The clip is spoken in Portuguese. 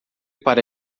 para